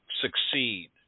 succeed